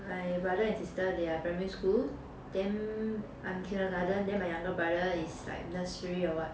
my brother and sister they are primary school then I'm kindergarten then my younger brother is like nursery or what